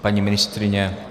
Paní ministryně?